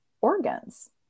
organs